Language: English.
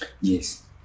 Yes